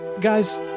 Guys